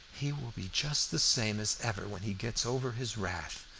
he will be just the same as ever when he gets over his wrath,